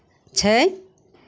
छै